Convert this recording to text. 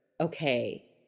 okay